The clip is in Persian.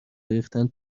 ریختن